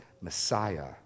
Messiah